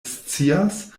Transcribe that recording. scias